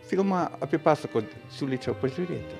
filmą apipasakot siūlyčiau pažiūrėti